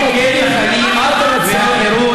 אל תנצל, אין כיבוש בעזה.